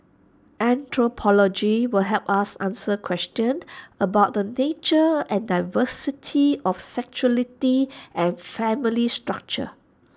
anthropology will help us answer questions about the nature and diversity of sexuality and family structures